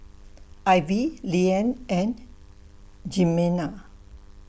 Ivie Leeann and Jimena